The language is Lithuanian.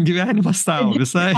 gyvenimas sau visai